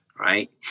Right